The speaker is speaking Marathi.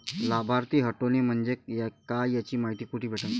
लाभार्थी हटोने म्हंजे काय याची मायती कुठी भेटन?